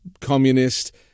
communist